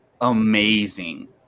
amazing